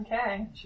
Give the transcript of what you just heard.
Okay